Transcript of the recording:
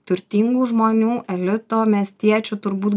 turtingų žmonių elito miestiečių turbūt